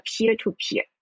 peer-to-peer